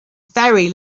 very